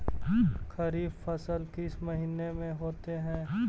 खरिफ फसल किस महीने में होते हैं?